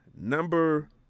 Number